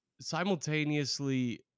simultaneously